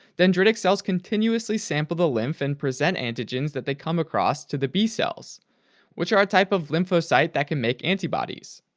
dendritic cells continuously sample the lymph and present antigens that they come across to the b cells which are a type of lymphocyte that can make antibodies.